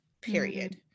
period